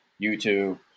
YouTube